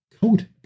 code